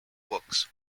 books